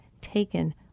taken